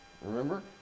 remember